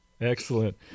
Excellent